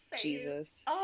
Jesus